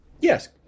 Yes